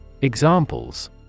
Examples